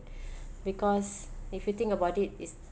because if you think about it is